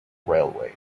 railway